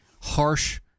harsh